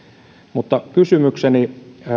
mutta kysymykseni